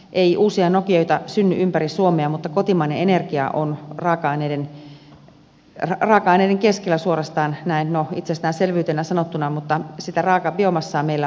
ei uusia nokioita synny ympäri suomea mutta kotimainen energia on suorastaan raaka aineiden keskellä näin itsestäänselvyytenä sanottuna no mutta sitä biomassaa meillä on